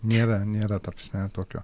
nėra nėra ta prasme tokio